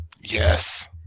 Yes